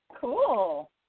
Cool